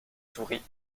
souris